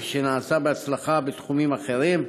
כפי שנעשה בהצלחה בתחומים אחרים,